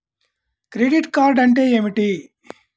Credit card అంటే ఏమిటి?